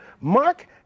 Mark